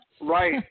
Right